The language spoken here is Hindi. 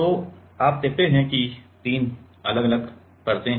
तो आप देखते हैं कि तीन अलग अलग परतें हैं